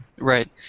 Right